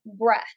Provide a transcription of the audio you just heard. breath